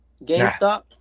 GameStop